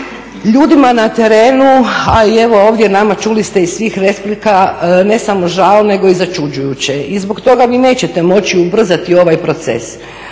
ljudima na terenu, a evo ovdje nama čuli ste iz svih replika ne samo žao nego i začuđujuće i zbog toga vi nećete moći ubrzati ovaj proces.